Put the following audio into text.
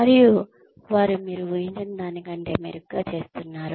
మరియు వారు మీరు ఊహించిన దాని కంటే మెరుగ్గా చేస్తున్నారు